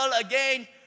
again